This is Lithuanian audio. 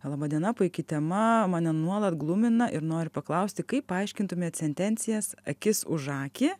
laba diena puiki tema mane nuolat glumina noriu paklausti kaip paaiškintumėt sentencijas akis už akį